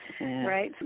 right